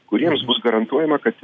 kuriems bus garantuojama kad